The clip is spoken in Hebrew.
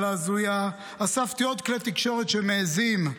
ההזויה אספתי עוד כלי תקשורת שמעיזים,